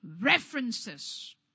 references